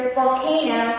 volcano